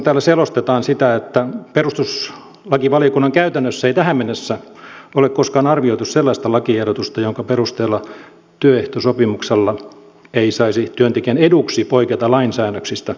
täällä selostetaan sitä että perustuslakivaliokunnan käytännössä ei tähän mennessä ole koskaan arvioitu sellaista lakiehdotusta jonka perusteella työehtosopimuksella ei saisi työntekijän eduksi poiketa lainsäännöksistä